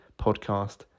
Podcast